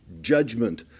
judgment